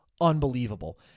unbelievable